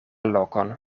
lokon